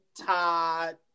todd